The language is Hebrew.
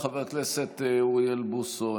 חבר הכנסת אוריאל בוסו,